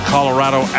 Colorado